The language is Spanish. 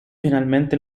finalmente